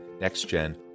Next-Gen